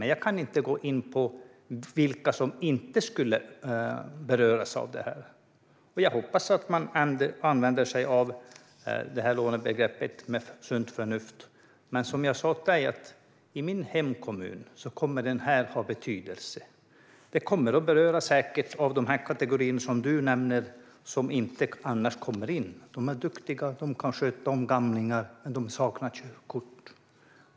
Men jag kan inte gå in på vilka som inte skulle beröras. Jag hoppas att man använder sig av det här lånebegreppet med sunt förnuft. Som jag sa kommer det här att ha betydelse i min hemkommun. Det kommer säkert att beröra den kategori som du nämner och som annars inte kommer in. De är duktiga och kan sköta om gamlingar, men de saknar körkort.